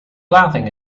laughing